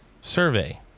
survey